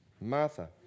martha